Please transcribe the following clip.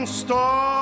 star